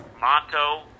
motto